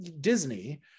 Disney